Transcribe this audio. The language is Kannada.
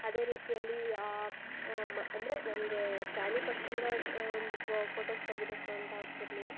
ಅದೇ ರೀತಿಯಲ್ಲಿ ಅಂದರೆ ನನಗೆ ಪ್ರಾಣಿ ಪಕ್ಷಿಗಳ ಒಂದು ಫೋಟೋಸ್ ತೆಗಿಬೇಕು ಅಂತ ಹುಚ್ಚು ಇರಲಿಲ್ಲ